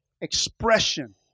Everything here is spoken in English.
expression